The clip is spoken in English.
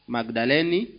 Magdaleni